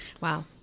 Wow